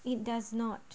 it does not